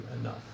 enough